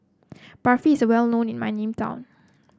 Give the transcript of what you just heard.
Barfi is well known in my name town